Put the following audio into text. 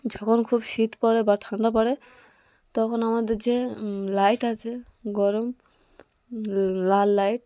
যখন খুব শীত পড়ে বা ঠান্ডা পড়ে তখন আমাদের যে লাইট আছে গরম লাল লাইট